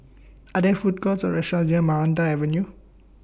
Are There Food Courts Or restaurants near Maranta Avenue